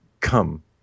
come